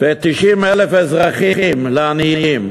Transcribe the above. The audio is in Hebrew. ו-90,000 אזרחים לעניים,